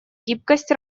гибкость